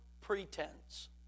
pretense